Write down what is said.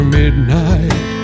midnight